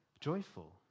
joyful